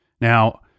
Now